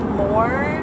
more